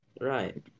Right